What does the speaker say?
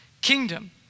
kingdom